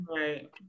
right